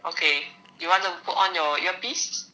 okay you wanna put on your earpiece